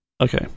Okay